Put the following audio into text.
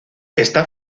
está